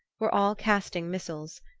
were all casting missiles.